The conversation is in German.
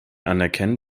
anerkennen